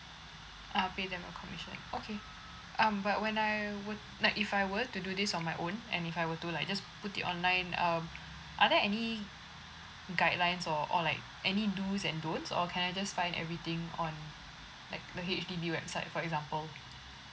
uh pay them a commission okay um but when I would like if I were to do this on my own and if I were to like just put it online um are there any guidelines or or like any do's and don't or can I just find everything on like the H_D_B website for example